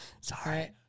Sorry